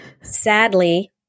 sadly